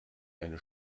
eine